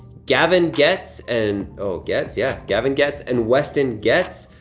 gavin getz and oh, getz, yeah. gavin getz and weston getz,